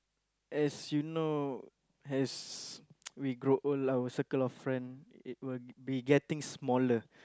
as you know as we grow old our circle of friend it will be getting smaller